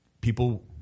people